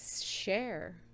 share